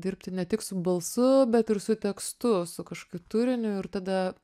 dirbti ne tik su balsu bet ir su tekstu su kažkokiu turiniu ir tada